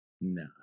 no